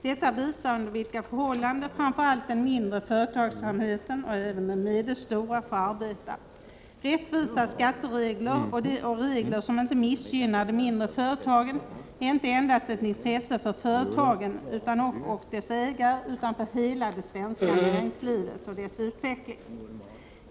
Detta visar under vilka förhållanden framför allt den mindre och medelstora företagsamheten får arbeta. Rättvisa skatteregler och regler som inte missgynnar de mindre företagen är inte ett intresse endast för företagen och deras ägare utan för hela det svenska näringslivets utveckling.